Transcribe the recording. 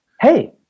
Hey